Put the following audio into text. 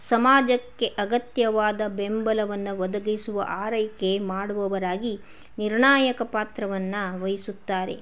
ಸಮಾಜಕ್ಕೆ ಅಗತ್ಯವಾದ ಬೆಂಬಲವನ್ನು ಒದಗಿಸುವ ಆರೈಕೆ ಮಾಡುವವರಾಗಿ ನಿರ್ಣಾಯಕ ಪಾತ್ರವನ್ನು ವಹಿಸುತ್ತಾರೆ